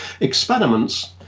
experiments